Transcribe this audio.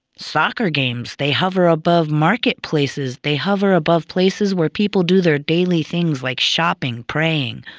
soccer games, they hover above marketplaces, they hover above places where people do their daily things like shopping, praying.